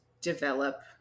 develop